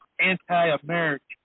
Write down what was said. anti-American